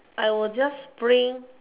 I will just bring